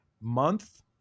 month